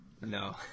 No